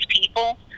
people